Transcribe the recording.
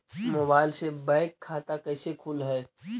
Mobile से bank खाता कैसे खुल है?